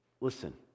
Listen